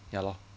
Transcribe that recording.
ya lor